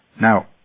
Now